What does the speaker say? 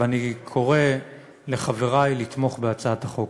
ואני קורא לחברי לתמוך בהצעת החוק.